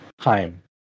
time